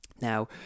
Now